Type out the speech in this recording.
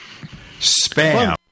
Spam